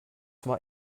war